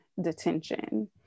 detention